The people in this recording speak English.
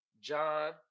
John